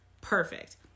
Perfect